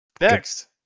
Next